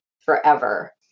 forever